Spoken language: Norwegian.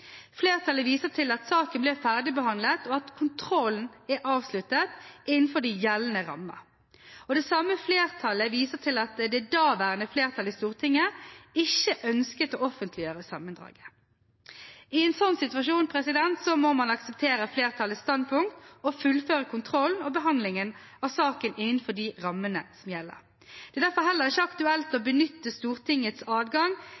Flertallet viser til at saken ble ferdigbehandlet, og at kontrollen er avsluttet innenfor de gjeldende rammer. Det samme flertallet viser til at det daværende flertall i Stortinget ikke ønsket å offentliggjøre sammendraget. I en slik situasjon må man akseptere flertallets standpunkt og fullføre kontrollen og behandlingen av saken innenfor de rammene som gjelder. Det er derfor heller ikke aktuelt å benytte Stortingets adgang